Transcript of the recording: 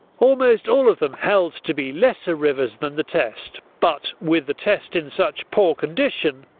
almost all of them held to be lesser rivers than the test. but with the test in such poor condition,